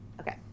Okay